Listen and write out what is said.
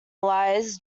lies